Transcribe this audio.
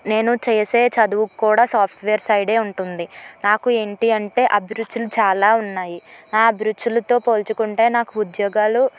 నేను చేసే చదువుకు కూడా సాఫ్ట్వేర్ సైడ్ ఉంటుంది నాకు ఏంటి అంటే అభిరుచులు చాలా ఉన్నాయి ఆ అభిరుచులతో పోల్చుకుంటే నాకు ఉద్యోగాలు